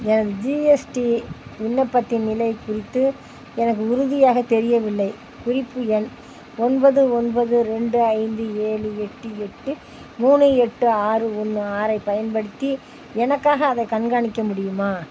எனது ஜிஎஸ்டி விண்ணப்பத்தின் நிலை குறித்து எனக்கு உறுதியாக தெரியவில்லை குறிப்பு எண் ஒன்பது ஒன்பது ரெண்டு ஐந்து ஏழு எட்டு எட்டு மூணு எட்டு ஆறு ஒன்று ஆறைப் பயன்படுத்தி எனக்காக அதை கண்காணிக்க முடியுமா